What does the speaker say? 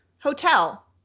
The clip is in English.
Hotel